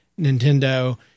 Nintendo